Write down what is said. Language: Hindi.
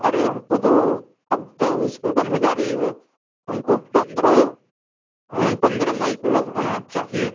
अरे हमको तो अब तो इस्कूल बंद हो जा रही है हमको पंद्रह पंद्रह मई को लगभग हाँ चाहिए